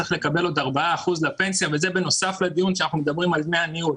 צריך לקבל עוד 4 אחוזים לפנסיה וזה בנוסף לדיון שאנחנו על דמי הניהול.